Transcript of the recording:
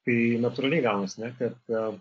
kai natūraliai gaunasi ne kad